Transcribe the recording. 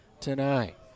tonight